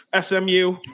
SMU